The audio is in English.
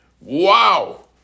Wow